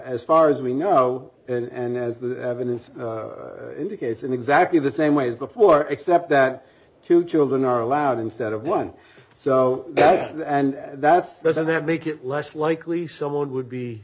as far as we know and as the evidence indicates in exactly the same way as before except that two children are allowed instead of one so and that's this and that make it less likely someone would be